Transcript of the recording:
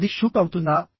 అది షూట్ అవుతుందా